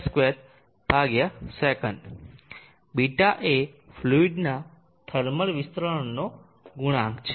8 મી2 સે ß એ ફ્લુઈડના થર્મલ વિસ્તરણનો ગુણાંક છે